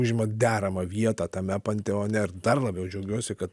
užima deramą vietą tame panteone ir dar labiau džiaugiuosi kad